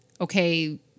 okay